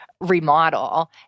remodel